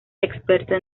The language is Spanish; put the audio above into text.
experto